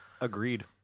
agreed